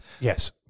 Yes